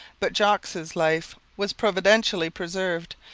but jogues's life was providentially preserved,